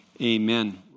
Amen